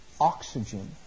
oxygen